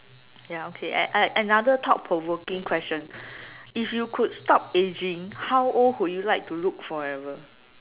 ya okay and and another thought provoking question if you could stop ageing how old would you like to look forever